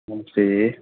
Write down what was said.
नमस्ते